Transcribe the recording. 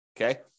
okay